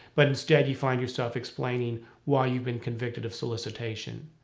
but instead, you find yourself explaining why you've been convicted of solicitation.